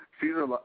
Caesar